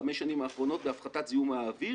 בחמש השנים האחרונות בהפחתת זיהום אוויר